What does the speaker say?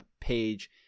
page